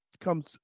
comes